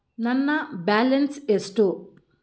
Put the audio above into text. ನನ್ನ ಬ್ಯಾಲೆನ್ಸ್ ಎಷ್ಟು?